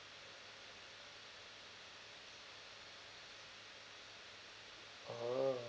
oh